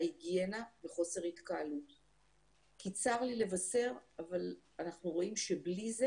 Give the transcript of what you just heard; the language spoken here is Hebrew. ההיגיינה וחוסר התקהלות כי צר לי לבשר אבל אנחנו רואים שבלי זה